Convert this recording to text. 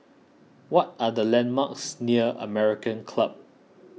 what are the landmarks near American Club